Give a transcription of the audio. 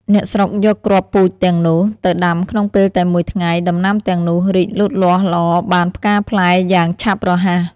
អ្នកស្រុកយកគ្រាប់ ពូជទាំងនោះ ទៅដាំក្នុងពេលតែមួយថ្ងៃដំណាំទាំងនោះរីកលូតលាស់ល្អបានផ្កាផ្លែយ៉ាងឆាប់រហ័ស ។